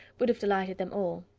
would have delighted them all.